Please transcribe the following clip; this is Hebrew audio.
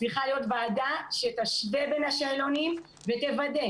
צריכה להיות ועדה שתשווה בין השאלונים ותוודא